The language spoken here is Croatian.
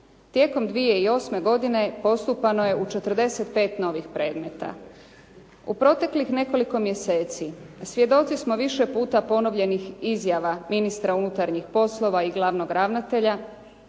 Tijekom 2008. godine postupano je u 45 novih predmeta. U proteklih nekoliko mjeseci svjedoci smo više puta ponovljenih izjava Ministra unutarnjih poslova i glavnog ravnatelja